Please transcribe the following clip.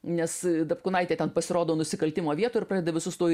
nes dapkūnaitė ten pasirodo nusikaltimo vietoj ir pradeda visus tuoj